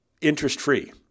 interest-free